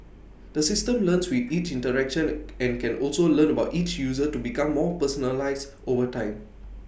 the system learns with each interaction and can also learn about each user to become more personalised over time